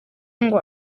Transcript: ngo